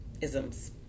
isms